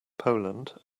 poland